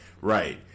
Right